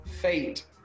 Fate